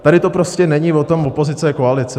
Tady to prostě není o tom, opozice koalice.